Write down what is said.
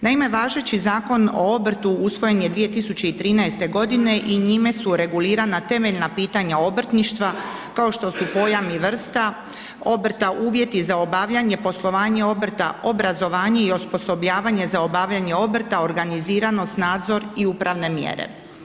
Naime, važeći Zakon o obrtu usvojen je 2013. godine i njime su regulirana temeljna pitanja obrtništva kao što su pojam i vrsta obrta, uvjeti za obavljanje poslovanje obrta, obrazovanje i osposobljavanje za obavljanje obrta, organiziranost, nadzor i upravne mjere.